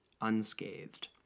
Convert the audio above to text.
unscathed